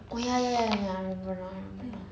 oh ya ya ya ya ya I remember now I remember now